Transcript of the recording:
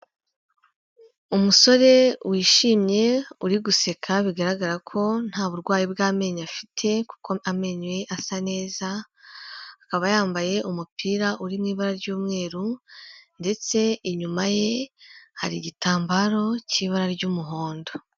Umusore wishimye uri guseka bigaragara ko nta burwayi bw'amenyo afite kuko amenyo ye asa neza, akaba yambaye umupira uri mu ibara ry'umweru ndetse inyuma ye hari igitambaro cy'ibara ry'umuhondo.